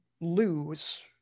lose